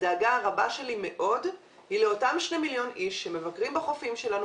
הדאגה הרבה שלי מאוד היא לאותם 2 מיליון איש שמבקרים בחופים שלנו.